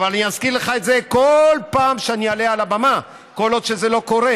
אני אזכיר לך את זה כל פעם שאני אעלה על הבמה כל עוד זה לא קורה,